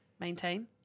maintain